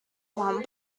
one